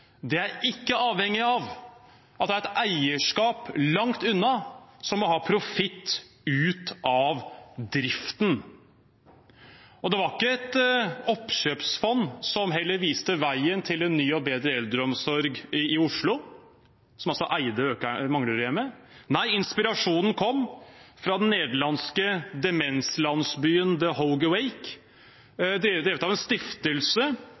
det ønsket er ikke avhengig av at det er et eierskap langt unna som må ha profitt ut av driften. Det var heller ikke et oppkjøpsfond som viste vei til en ny og bedre eldreomsorg i Oslo, som eide Manglerudhjemmet. Nei, inspirasjonen kom fra den nederlandske demenslandsbyen de Hogeweyk, drevet av en stiftelse